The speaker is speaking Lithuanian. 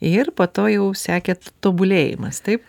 ir po to jau sekėt tobulėjimasi taip